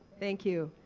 thank you,